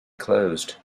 closed